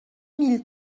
mille